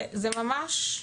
זה ממש,